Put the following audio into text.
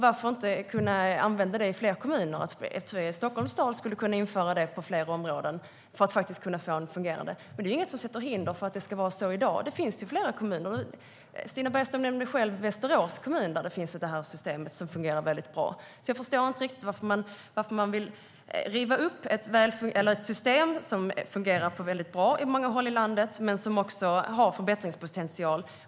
Varför inte kunna använda det i fler kommuner? Stockholms stad skulle kunna införa det i fler områden. Det är inget som sätter hinder för att det ska vara så i dag. Det finns ju flera kommuner, och Stina Bergström nämnde själv Västerås kommun, där det här systemet finns och fungerar väldigt bra. Jag förstår inte riktigt varför man vill riva upp ett system som fungerar bra på många håll i landet och som har förbättringspotential.